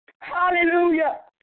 Hallelujah